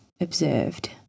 observed